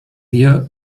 wir